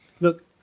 look